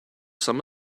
some